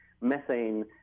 methane